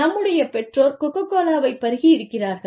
நம்முடைய பெற்றோர்கள் கோக்கோ கோலாவை பருகி இருக்கிறார்கள்